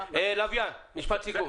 לביאן, משפט סיכום.